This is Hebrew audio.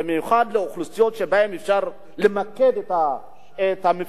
במיוחד לאוכלוסיות שבהן אפשר למקד את התוצאות,